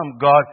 God